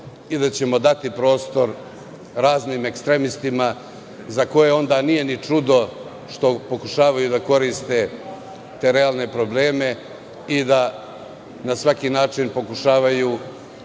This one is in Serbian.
i da ćemo dati prostor raznim ekstremistima za koje onda nije ni čudo što pokušavaju da koriste te realne probleme i na svaki način pokušavaju